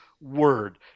Word